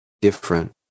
different